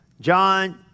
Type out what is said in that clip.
John